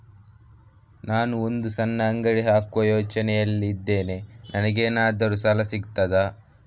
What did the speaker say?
ನಾನು ಒಂದು ಸಣ್ಣ ಅಂಗಡಿ ಹಾಕುವ ಯೋಚನೆಯಲ್ಲಿ ಇದ್ದೇನೆ, ನನಗೇನಾದರೂ ಸಾಲ ಸಿಗ್ತದಾ?